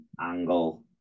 Angle